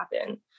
happen